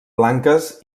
blanques